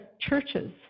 churches